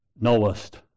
knowest